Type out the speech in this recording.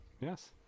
yes